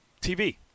TV